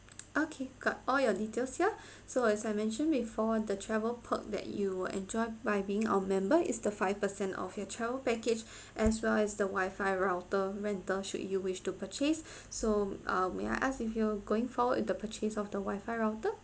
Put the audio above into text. okay got all your details here so as I mentioned before the travel per that you will enjoy by being our member is the five percent off your child package as well as the wifi router rental should you wish to purchase so uh may I ask if you're going for the purchase of the wifi router